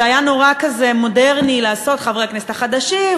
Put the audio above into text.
זה היה נורא מודרני לעשות: חברי הכנסת החדשים,